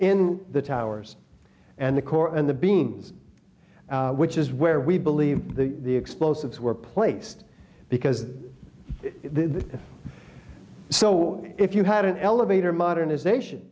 in the towers and the core and the beans which is where we believe the explosives were placed because if so if you had an elevator modernization